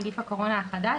נגיף הקורונה החדש)